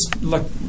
look